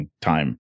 time